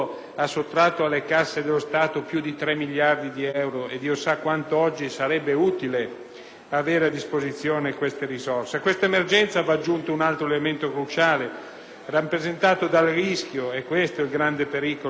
A questa emergenza va aggiunto un altro elemento cruciale rappresentato dal rischio - è questo il grande pericolo che si va concretizzando - che molte persone nei prossimi mesi perderanno il loro lavoro.